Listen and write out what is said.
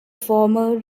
former